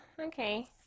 Okay